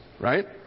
right